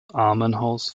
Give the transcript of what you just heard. armenhaus